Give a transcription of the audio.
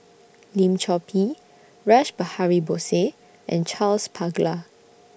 Lim Chor Pee Rash Behari Bose and Charles Paglar